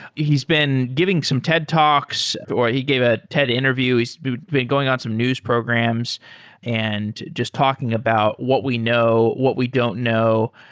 he's been giving some ted talks, or he gave a ted interview. he's been going on some news programs and just talking about what we know, what we don't know.